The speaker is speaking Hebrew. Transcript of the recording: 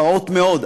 פעוט מאוד,